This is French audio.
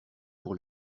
pour